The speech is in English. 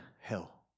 hell